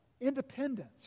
independence